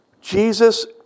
Jesus